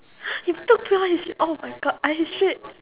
you took pure history oh my god I history